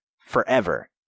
forever